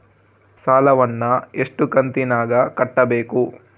ಸಾಲವನ್ನ ಎಷ್ಟು ಕಂತಿನಾಗ ಕಟ್ಟಬೇಕು?